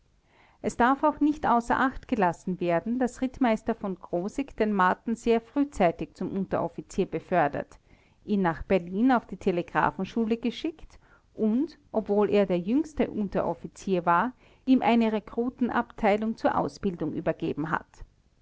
es darf auch nicht außer acht gelassen werden daß rittmeister v krosigk den marten sehr frühzeitig zum unteroffizier befördert ihn nach berlin auf die telegraphenschule geschickt und obwohl er der jüngste unteroffizier war ihm eine rekrutenabteilung zur ausbildung übergeben hat